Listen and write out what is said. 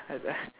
have a